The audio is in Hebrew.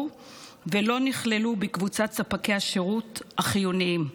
ולא נכללו בקבוצת ספקי השירות החיוניים.